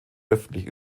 öffentlich